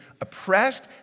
oppressed